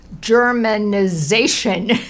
Germanization